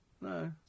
No